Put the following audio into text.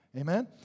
Amen